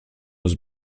was